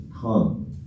come